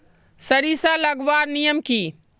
सरिसा लगवार नियम की?